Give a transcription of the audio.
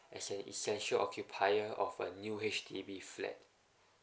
as an essential occupying of a new H_D_B flat